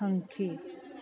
ꯍꯪꯈꯤ